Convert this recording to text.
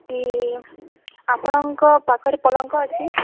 କି ଆପଣଙ୍କ ପାଖରେ ପଲଙ୍କ ଅଛି